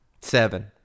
Seven